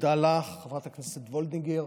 תודה לך, חברת הכנסת וולדיגר,